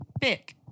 pick